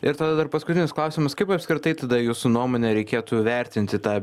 ir tada dar paskutinis klausimas kaip apskritai tada jūsų nuomone reikėtų vertinti tą